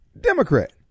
Democrat